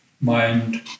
mind